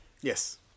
Yes